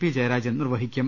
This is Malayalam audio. പി ജയരാജൻ നിർവ ഹിക്കും